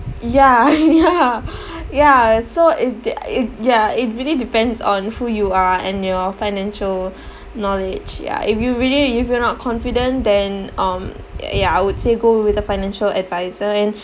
ya ya ya so it de~ it ya it really depends on who you are and your financial knowledge ya if you really you if you not confident then um ya I would say go with a financial advisor and